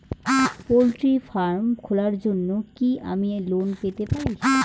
Poultry farm খোলার জন্য কি আমি লোন পেতে পারি?